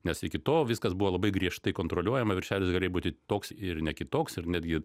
nes iki tol viskas buvo labai griežtai kontroliuojama viršelis galėjo būti toks ir ne kitoks ir netgi